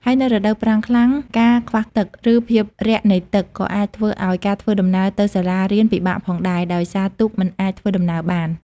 ហើយនៅរដូវប្រាំងខ្លាំង ការខ្វះទឹក ឬភាពរាក់នៃទឹក ក៏អាចធ្វើឱ្យការធ្វើដំណើរទៅសាលារៀនពិបាកផងដែរ ដោយសារទូកមិនអាចធ្វើដំណើរបាន។